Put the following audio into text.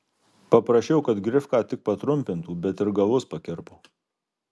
paprašiau kad grifką tik patrumpintų bet ir galus pakirpo